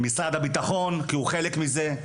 משרד הביטחון כי הוא חלק מזה,